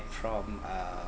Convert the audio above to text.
from uh